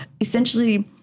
essentially